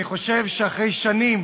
אני חושב שאחרי שנים